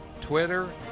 Twitter